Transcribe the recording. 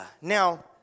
now